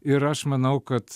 ir aš manau kad